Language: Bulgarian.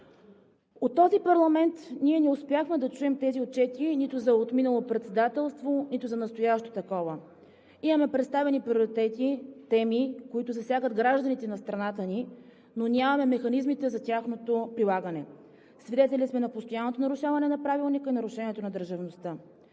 От този парламент ние не успяхме да чуем тези отчети нито за отминало председателство, нито за настоящо такова. Имаме представени приоритети, теми, които засягат гражданите на страната ни, но нямаме механизмите за тяхното прилагане. Свидетели сме на постоянното нарушаване на Правилника, нарушението на държавността.